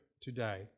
today